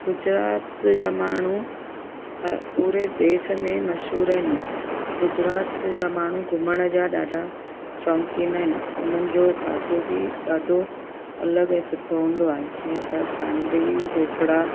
गुजरात जा माण्हू ह पूरे देश में मशहूर आहिनि गुजरात जा माण्हू घुमण जा ॾाढा शौक़ीनु आहिनि उन्हनि जो खाधो बि ॾाढो अलॻि ऐं सुठो हूंदो आहे जीअं त खांडवी ढोकड़ा